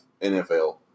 NFL